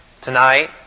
tonight